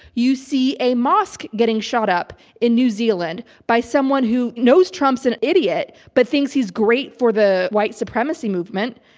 you see a mosque getting shot up in new zealand by someone who knows trump's an idiot, but thinks he's great for the white supremacy movement.